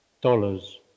dollars